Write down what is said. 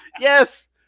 yes